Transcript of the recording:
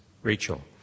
Rachel